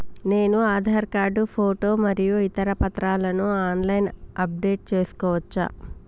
నేను Aadhaar card photo మరియు ఇతర పత్రాలను ఆన్ లైన్ అప్ డెట్ చేసుకోవచ్చా?